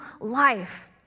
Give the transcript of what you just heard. life